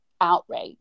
outrage